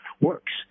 works